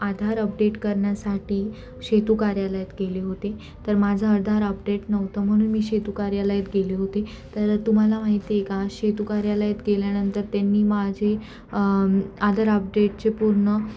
आधार update करण्यासाठी सेतू कार्यालयात गेले होते तर माझं अधार अपडेट नव्हतं म्हणून मी सेतू कार्यालयात गेले होते तर तुम्हाला माहिती ए का सेतू कार्यालयात गेल्यानंतर त्यांनी माझे आधार अपडेटचे पूर्ण